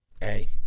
hey